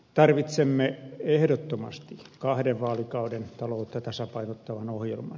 tarvitsemme ehdottomasti kahden vaalikauden taloutta tasapainottavan ohjelman